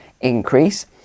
increase